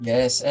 Yes